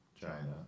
China